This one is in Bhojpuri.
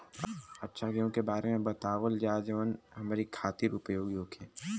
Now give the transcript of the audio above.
अच्छा गेहूँ के बारे में बतावल जाजवन हमनी ख़ातिर उपयोगी होखे?